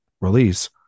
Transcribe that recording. release